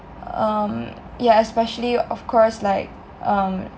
um ya especially of course like um